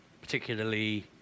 particularly